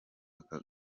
aka